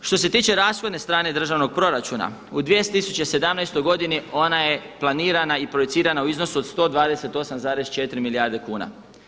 Što se tiče rashodne strane državnog proračuna u 2017. godini ona je planirana i projicirana u iznosu od 128,4 milijarde kuna.